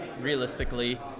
realistically